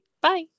Bye